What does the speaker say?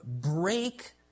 break